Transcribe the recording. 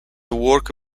work